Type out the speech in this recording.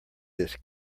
this